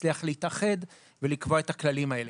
הצליח להתאחד ולקבוע את הכללים האלה.